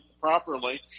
properly